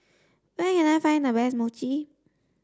where can I find the best Mochi